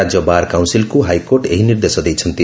ରାଜ୍ୟ ବାର୍ କାଉନ୍ସିଲ୍କୁ ହାଇକୋର୍ଟ ଏହି ନିର୍ଦ୍ଦେଶ ଦେଇଛନ୍ତି